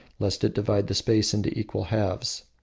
lest it divide the space into equal halves.